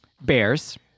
Bears